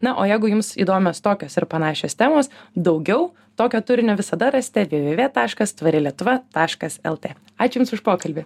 na o jeigu jums įdomios tokios ir panašios temos daugiau tokio turinio visada rasite v v v taškas tvari lietuva taškas lt ačiū jums už pokalbį